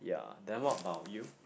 yeah then what about you